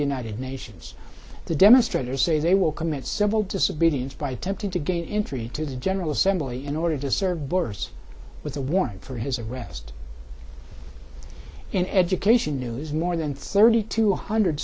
united nations the demonstrators say they will commit civil disobedience by attempting to gain entry to the general assembly in order to serve borders with a warrant for his arrest in education news more than thirty two hundred